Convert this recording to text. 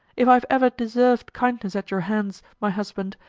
if i have ever deserved kindness at your hands, my husband,